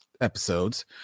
episodes